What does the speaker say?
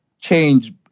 change